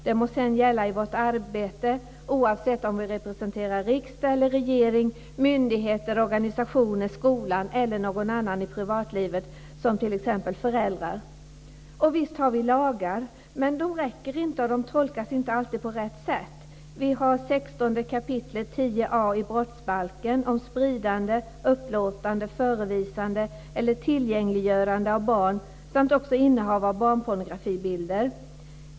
Det må sedan gälla i vårt arbete, oavsett om vi representerar riksdag eller regering, myndigheter, organisationer, skolan eller någon annan i privatlivet, som t.ex. föräldrar." Visst har vi lagar, men de räcker inte, och de tolkas inte alltid på rätt sätt. Vi har 16 kap. 10 a § brottsbalken om spridande, upplåtande, förevisande eller tillgängliggörande av barn samt också innehav av barnpornografibilder.